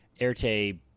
Erte